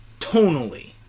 tonally